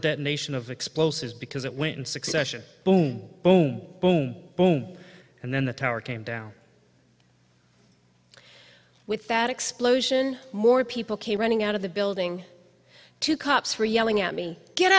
detonation of explosives because it went in succession boom boom and then the tower came down with that explosion more people came running out of the building two cops were yelling at me get